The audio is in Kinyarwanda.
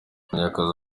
munyakazi